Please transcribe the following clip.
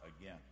again